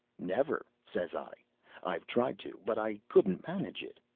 never, says i i've tried to, but i couldn't manage it.